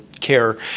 care